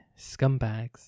scumbags